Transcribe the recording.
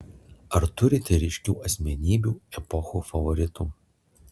ar turite ryškių asmenybių epochų favoritų